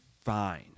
fine